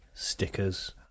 ...stickers